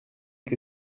que